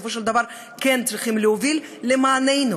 בסופו של דבר כן צריכים להוביל למעננו,